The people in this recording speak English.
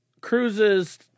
cruises